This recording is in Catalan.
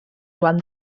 joan